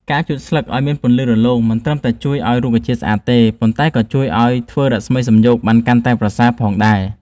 ការជូតស្លឹកឱ្យមានពន្លឺរលោងមិនត្រឹមតែជួយឱ្យរុក្ខជាតិស្អាតទេ ប៉ុន្តែក៏ជួយឱ្យវាធ្វើរស្មីសំយោគបានកាន់តែប្រសើរផងដែរ។